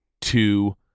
two